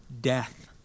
death